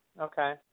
Okay